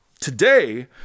Today